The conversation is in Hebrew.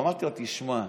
אמרתי לו: תשמע,